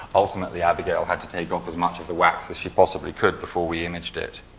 ultimately, abigail had to take off as much of the wax as she possibly could before we imaged it.